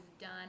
done